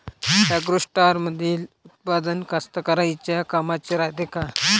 ॲग्रोस्टारमंदील उत्पादन कास्तकाराइच्या कामाचे रायते का?